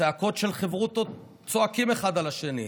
צעקות של חברותות צועקים אחד על השני,